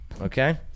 Okay